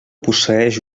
posseeix